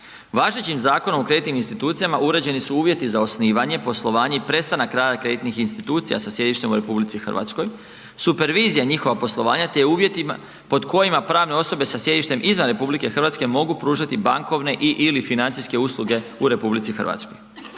Važećim Zakonom o kreditnim institucijama uređeni su vjeri za osnivanje, poslovanje i prestanak rada kreditnih institucija sa sjedištem u RH, supervizija njihova poslovanja te uvjetima pod kojima pravne osobe sa sjedištem izvan RH mogu pružati bankovne i/ili financijske usluge u RH.